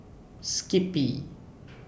Skippy